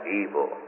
evil